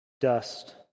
Dust